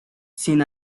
sin